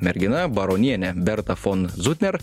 mergina baronienė berta fon zutner